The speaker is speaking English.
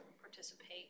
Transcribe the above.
participate